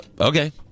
Okay